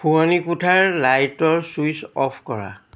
শোৱনি কোঠাৰ লাইটৰ ছুইচ অফ কৰা